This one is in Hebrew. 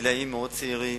גילאים מאוד צעירים,